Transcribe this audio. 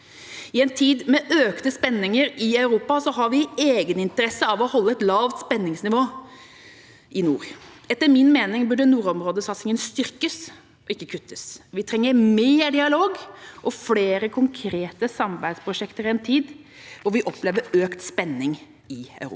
I en tid med økte spenninger i Europa har vi egeninteresse av å holde et lavt spenningsnivå i nord. Etter min mening burde nordområdesatsinga styrkes, ikke kuttes. Vi trenger mer dialog og flere konkrete samarbeidsprosjekter i en tid hvor vi opplever økt spenning i Europa.